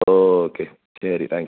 okay ശരി thank you